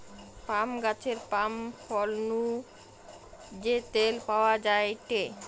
পাম গাছের পাম ফল নু যে তেল পাওয়া যায়টে